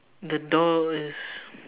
the door is